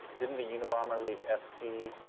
didn't the unabomber leave fc